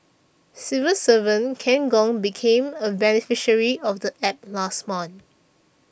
civil servant Ken Gong became a beneficiary of the App last month